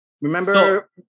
Remember